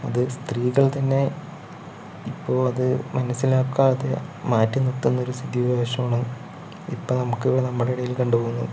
അത് സ്ത്രീകൾതന്നെ ഇപ്പോൾ അത് മനസിലാക്കാതെ മാറ്റി നിർത്തുന്നൊരു സ്ഥിതി വിശേഷമാണ് ഇപ്പോൾ നമുക്ക് നമ്മുടെ ഇടയില് കണ്ടു പോവുന്നത്